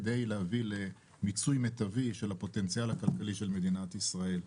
כדי להביא למיצוי מיטבי של הפוטנציאל הכלכלי של מדינת ישראל.